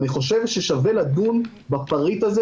ואני חושב ששווה לדון בפריט הזה,